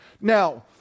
Now